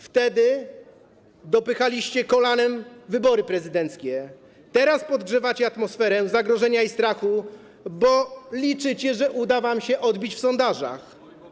Wtedy dopychaliście kolanem wybory prezydenckie, teraz podgrzewacie atmosferę zagrożenia i strachu, bo liczycie, że uda wam się odbić w sondażach.